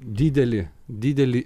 didelį didelį